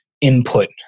input